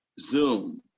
Zoom